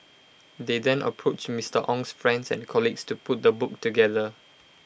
they then approached Mister Ong's friends and colleagues to put the book together